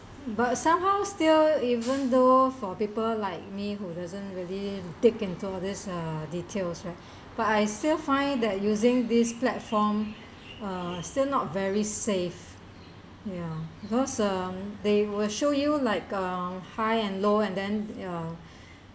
but somehow still even though for people like me who doesn't really take in all these uh details right but I still find that using this platform uh still not very safe ya because um they will show you like um high and low and then ya